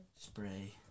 Spray